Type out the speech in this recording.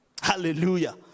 Hallelujah